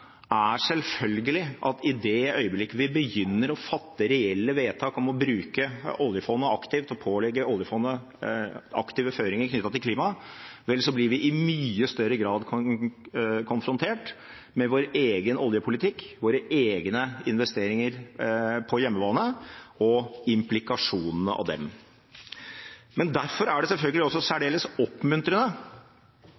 er selvfølgelig at i det øyeblikk vi begynner å fatte reelle vedtak om å bruke oljefondet aktivt, og pålegger oljefondet aktive føringer knyttet til klima, blir vi i mye større grad konfrontert med vår egen oljepolitikk, våre egne investeringer på hjemmebane og implikasjonene av dem. Derfor er det selvfølgelig også